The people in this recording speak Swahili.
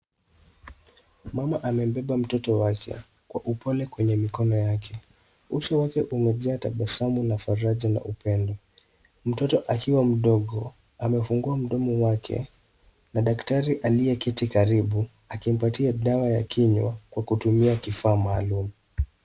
Mama amebeba mtoto wake kwa upole kwenye mikono yake. Uso wake umejaa tabasamu la faraja na upendo. Mtoto akiwa mdogo, amefungua mdomo wake na daktari aliyeketi karibu akimpatia dawa ya kinywa kwa kutumia kifaa maalum.